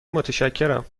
متشکرم